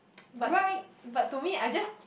but but to me I just